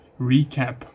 recap